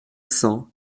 cents